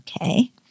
Okay